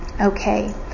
Okay